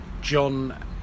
John